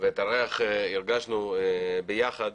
את הריח הרגשנו ביחד.